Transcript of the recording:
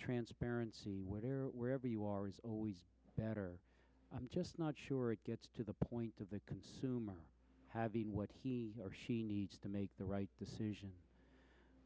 transparency wherever you are is always better just not sure it gets to the point of the consumer having what he or she needs to make the right decision